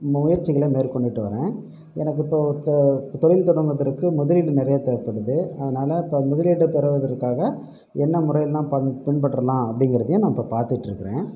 முயற்சிகளை மேற்கொண்டுட்டு வரேன் எனக்கு இப்போ தொழில் தொடங்குவதற்கு முதலீடு நிறைய தேவைப்படுது அதனால் இப்போ முதலீடு பெறுவதற்காக என்ன முறையெல்லாம் பன் பின்பற்றலாம் அப்படிங்கிறதையும் நான் இப்போ பார்த்துட்டு இருக்கிறேன்